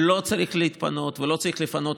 לא צריך להתפנות ולא צריך לפנות.